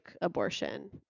abortion